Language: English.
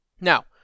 Now